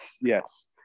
yes